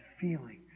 feeling